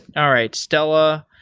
all right, stella,